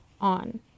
on